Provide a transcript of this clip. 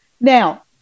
Now